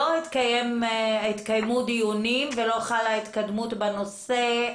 לא התקיימו דיונים ולא חלה התקדמות בנושא,